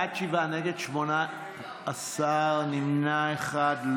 בעד, שבעה, נגד, 18, נמנע אחד.